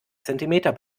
zentimeter